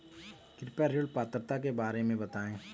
कृपया ऋण पात्रता के बारे में बताएँ?